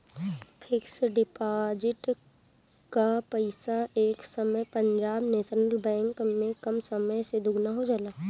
fix deposit कअ पईसा ए समय पंजाब नेशनल बैंक में कम समय में दुगुना हो जाला